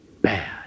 bad